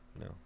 No